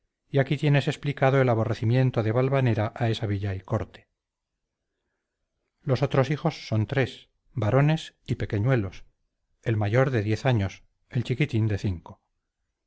y aquí tienes explicado el aborrecimiento de valvanera a esa villa y corte los otros hijos son tres varones y pequeñuelos el mayor de diez años el chiquitín de cinco